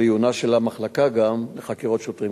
גם לעיונה של המחלקה לחקירות שוטרים.